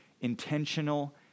intentional